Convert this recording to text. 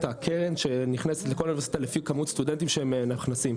את הקרן שנכנסת לכל אוניברסיטה לפי כמות סטודנטים שהם מאכלסים.